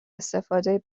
استفاده